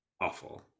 awful